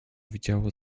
widziało